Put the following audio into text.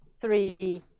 three